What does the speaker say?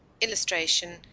illustration